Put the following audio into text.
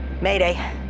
Mayday